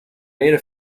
made